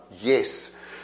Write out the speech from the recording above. Yes